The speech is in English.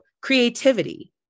Creativity